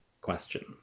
question